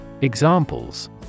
Examples